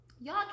y'all